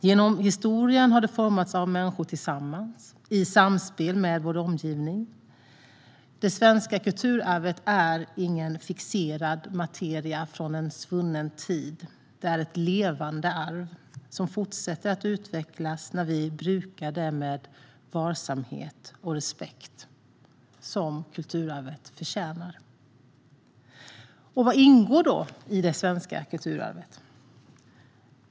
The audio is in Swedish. Genom historien har det formats av människor tillsammans, i samspel med vår omgivning. Det svenska kulturarvet är ingen fixerad materia från en svunnen tid - det är ett levande arv som fortsätter att utvecklas när vi brukar det med den varsamhet och respekt kulturarvet förtjänar. Vad ingår då i det svenska kulturarvet?